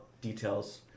details